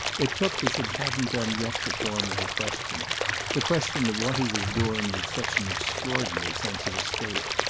it took as it hadn't done yet the form of a question the question of what he was doing with such an extraordinary sense of escape.